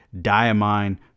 diamine